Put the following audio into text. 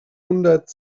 hundert